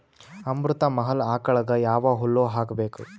ಅಮೃತ ಮಹಲ್ ಆಕಳಗ ಯಾವ ಹುಲ್ಲು ಹಾಕಬೇಕು?